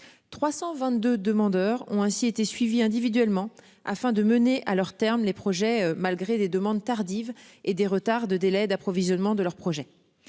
322 demandeurs ont ainsi été suivis individuellement afin de mener à leur terme les projets malgré des demandes tardives et des retards de délais d'approvisionnement de leur projet.